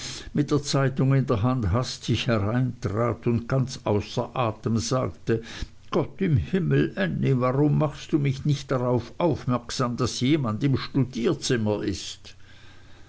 mit der zeitung in der hand hastig hereintrat und ganz außer atem sagte gott im himmel ännie warum machst du mich nicht darauf aufmerksam daß jemand im studierzimmer ist